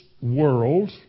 world